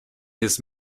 his